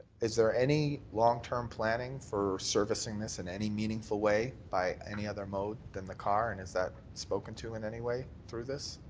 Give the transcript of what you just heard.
is there any long-term planning for servicing this in any meaningful way by any other mode than the car and is that spoken to in any way through this?